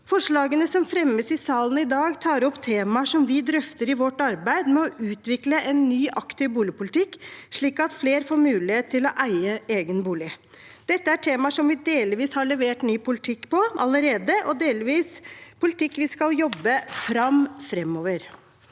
Forslagene som fremmes i salen i dag, tar opp temaer som vi drøfter i vårt arbeid med å utvikle en ny aktiv boligpolitikk, slik at flere får mulighet til å eie egen bolig. Dette er temaer som vi delvis har levert ny politikk på allerede, og delvis skal jobbe fram politikk